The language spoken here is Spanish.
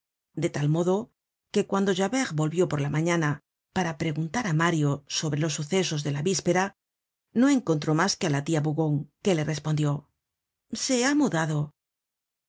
de tal modo que cuando javert volvió por la mañana para preguntar á mario sobre los sucesos de la víspera no encontró mas que á la tia bougon que le respondió se ha mudado tia